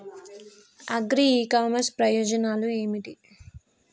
Agri e commerce ప్రయోజనాలు ఏమిటి?